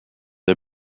are